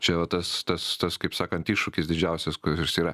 čia va tas tas tas kaip sakant iššūkis didžiausias kuris yra